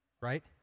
Right